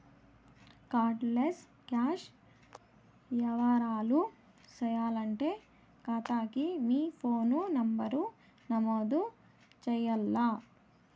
card less cash యవ్వారాలు సేయాలంటే కాతాకి మీ ఫోను నంబరు నమోదు చెయ్యాల్ల